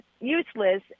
useless